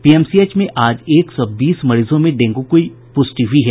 PMCH में आज एक सौ बीस मरीजों में डेंगू की पुष्टि हुई है